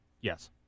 Yes